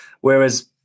Whereas